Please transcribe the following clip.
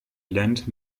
lendt